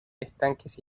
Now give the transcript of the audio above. estanques